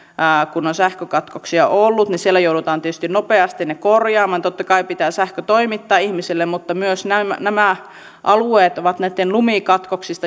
sähkökatkoksia ollut ne joudutaan tietysti nopeasti korjaamaan koska totta kai pitää sähkö toimittaa ihmisille mutta sen lisäksi nämä alueet on näitten lumesta